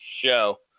Show